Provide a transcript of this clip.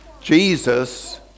Jesus